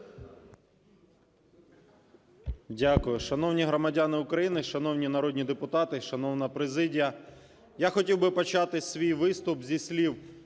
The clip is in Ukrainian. Дякую. Шановні громадяни України, шановні народні депутати, шановна президія! Я хотів би почати свій виступ зі слів: